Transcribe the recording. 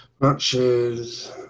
Matches